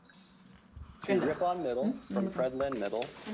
to rippon middle from fred lynn middle,